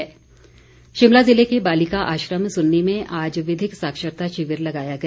विधिक साक्षरता शिमला जिले के बालिका आश्रम सुन्नी में आज विधिक साक्षरता शिविर लगाया गया